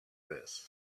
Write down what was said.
this